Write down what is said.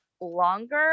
longer